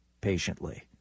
patiently